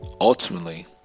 Ultimately